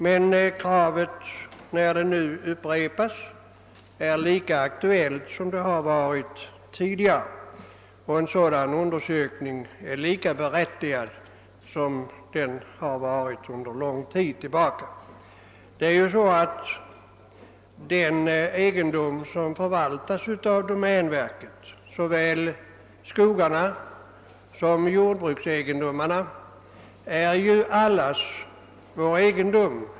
Men när kravet nu upprepas är det lika aktuellt som det har varit tidigare. En sådan undersökning är lika berättigad som den har varit sedan lång tid tillbaka. Den egendom som förvaltas av domänverket, såväl skogarna som jordbruksegendomarna, är ju allas vår egendom.